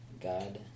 God